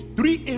three